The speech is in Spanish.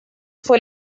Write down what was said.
fue